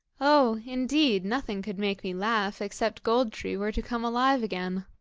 oh! indeed, nothing could make me laugh, except gold-tree were to come alive again.